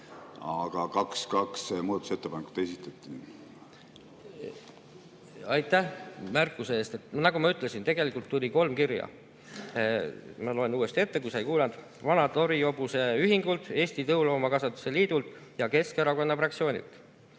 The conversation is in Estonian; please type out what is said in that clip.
Aga kaks muudatusettepanekut esitati. Aitäh märkuse eest! Nagu ma ütlesin, tegelikult tuli kolm kirja. Ma loen uuesti ette, juhuks kui sa ei kuulanud: Vana-Tori Hobuse Ühingult, Eesti Tõuloomakasvatuse Liidult ja Keskerakonna fraktsioonilt.